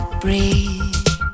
breathe